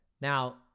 Now